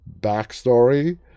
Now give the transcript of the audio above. backstory